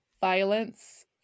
violence